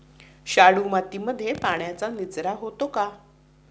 शाडू मातीमध्ये पाण्याचा निचरा होतो का?